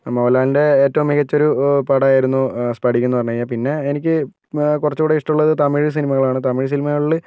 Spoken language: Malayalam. മോഹൻലാലിൻ്റെ ഏറ്റവും മികച്ച ഒരു പടം ആയിരുന്നു സ്പടികം എന്ന് പറഞ്ഞ് കഴിഞ്ഞാൽ പിന്നെ എനിക്ക് കുറച്ചും കൂടി ഇഷ്ടമുള്ളത് തമിഴ് സിനിമകൾ ആണ് തമിഴ് സിനിമകളിൽ